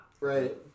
Right